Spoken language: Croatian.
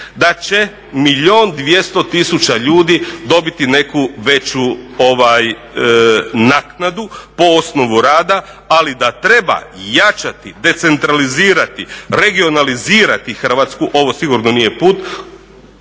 200 tisuća ljudi dobiti neku veću naknadu po osnovu rada. Ali da treba jačati, decentralizirati, regionalizirati Hrvatsku, ovo sigurno nije put